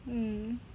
mm